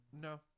No